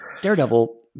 Daredevil